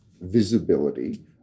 visibility